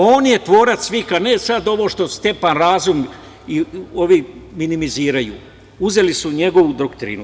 On je tvorac svih, a ne sad ovo što Stjepan Razum i ovi minimiziraju, uzeli su njegovu doktrinu.